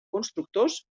constructors